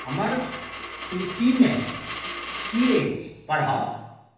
हमर सूचीमे की अछि पढ़ाउ